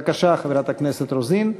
בבקשה, חברת הכנסת רוזין.